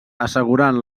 assegurant